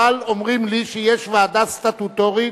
אבל אומרים לי שיש ועדה סטטוטורית,